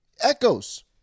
Echoes